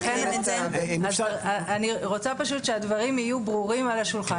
אני רוצה פשוט שהדברים יהיו ברורים על השולחן.